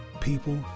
people